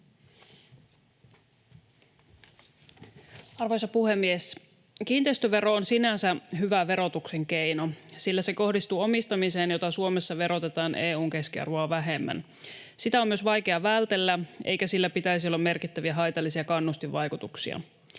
Arvoisa puhemies! Kiinteistövero on sinänsä hyvä verotuksen keino, sillä se kohdistuu omistamiseen, jota Suomessa verotetaan EU:n keskiarvoa vähemmän. Sitä on myös vaikea vältellä, eikä sillä pitäisi olla merkittäviä haitallisia kannustinvaikutuksia.